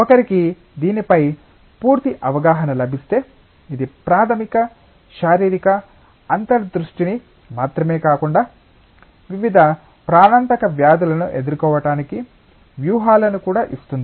ఒకరికి దీనిపై పూర్తి అవగాహన లభిస్తే ఇది ప్రాథమిక శారీరక అంతర్దృష్టిని మాత్రమే కాకుండా వివిధ ప్రాణాంతక వ్యాధులను ఎదుర్కోవటానికి వ్యూహాలను కూడా ఇస్తుంది